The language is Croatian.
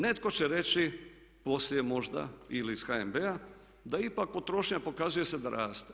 Netko će reći poslije možda ili iz HNB-a da ipak potrošnja pokazuje se da raste.